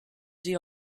die